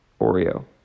Oreo